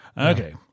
Okay